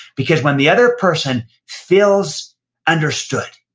because when the other person feels understood,